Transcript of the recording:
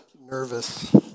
nervous